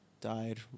died